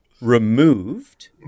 removed